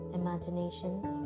imaginations